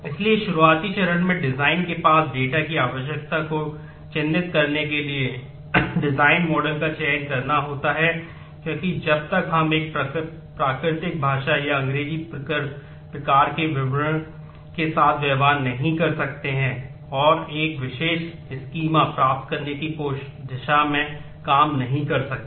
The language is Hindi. इसलिए शुरुआती चरण में डिज़ाइन प्राप्त करने की दिशा में काम नहीं कर सकते